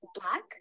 black